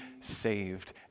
saved